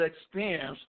experience